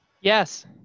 Yes